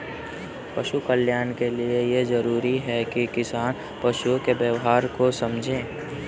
पशु कल्याण के लिए यह जरूरी है कि किसान पशुओं के व्यवहार को समझे